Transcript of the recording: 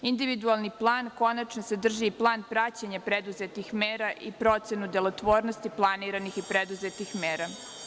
Individualni plan, konačno, sadrži plan praćenja preduzetih mera i procenu delotvornosti planiranih i preduzetih mera.